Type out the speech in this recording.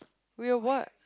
we'll what